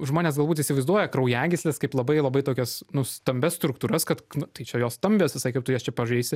žmonės galbūt įsivaizduoja kraujagysles kaip labai labai tokias nu stambias struktūras kad nu tai čia jos stambios visai kaip tu jas čia pažeisi